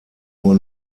nur